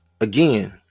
again